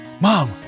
Mom